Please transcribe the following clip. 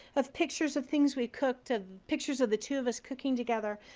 of pictures of things we cooked and pictures of the two of us cooking together.